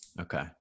Okay